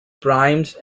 primes